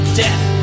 death